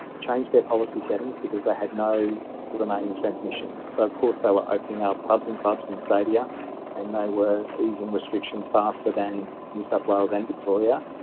changed their policy settings because they had no remaining transmission. so of course they were opening up pubs and clubs and stadia and they were easing restrictions faster than new south wales and victoria.